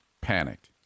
panicked